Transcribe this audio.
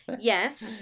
Yes